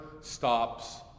stops